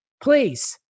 please